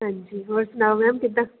ਹਾਂਜੀ ਹੋਰ ਸੁਣਾਓ ਮੈਮ ਕਿੱਦਾਂ